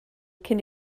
cyn